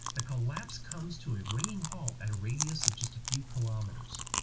ah collapse comes to a ringing halt at a radius of just a few kilometers.